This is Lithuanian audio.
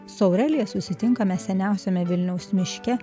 su aurelija susitinkame seniausiame vilniaus miške